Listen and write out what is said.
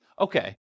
okay